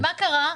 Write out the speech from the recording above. ומה קרה?